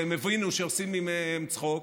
והם הבינו שעושים מהם צחוק.